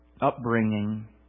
upbringing